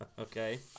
Okay